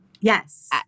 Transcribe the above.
Yes